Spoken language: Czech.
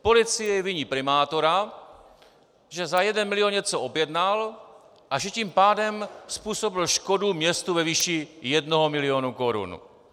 Policie viní primátora, že za jeden milion něco objednal a že tím pádem způsobil škodu městu ve výši jednoho milionu korun.